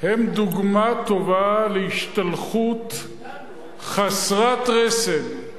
הם דוגמה טובה להשתלחות חסרת רסן.